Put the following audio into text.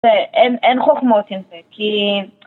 אין חוכמות עם זה כי